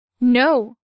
No